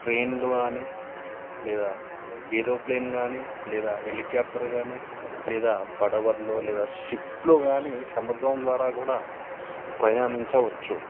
ట్రైన్లు కానీ లేదా ఏరోప్లేన్ కానీ లేదా హెలిక్యాఫ్టర్ గాని లేదా ప పడవలలో లేదా షిప్లో కానీ సముద్రం ద్వారా కూడా ప్రయాణించవచ్చు